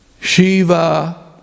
Shiva